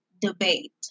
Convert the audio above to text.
debate